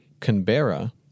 Canberra